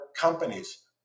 companies